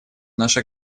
наша